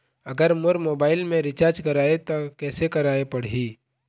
अगर मोर मोबाइल मे रिचार्ज कराए त कैसे कराए पड़ही?